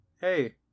hey